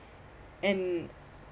and